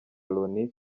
loni